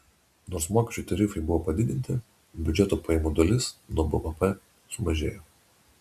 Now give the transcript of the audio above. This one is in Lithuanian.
nors mokesčių tarifai buvo padidinti biudžeto pajamų dalis nuo bvp sumažėjo